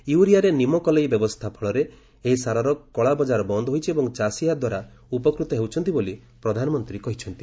ୟୁରିଆରେ ନିମ କଲେଇ ବ୍ୟବସ୍ଥା ଫଳରେ ଏହି ସାରର କଳାବଜାର ବନ୍ଦ୍ ହୋଇଛି ଏବଂ ଚାଷୀ ଏହାଦ୍ୱାରା ଉପକୃତ ହେଉଛନ୍ତି ବୋଲି ପ୍ରଧାନମନ୍ତ୍ରୀ କହିଛନ୍ତି